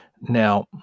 Now